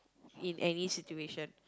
in any situation